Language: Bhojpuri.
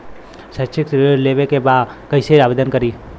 शैक्षिक ऋण लेवे के बा कईसे आवेदन करी?